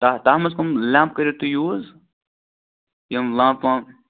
تتھ تتھ مَنٛز کم لیمپ کٔرِو تُہۍ یوٗز یم لمپ ومپ